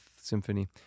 symphony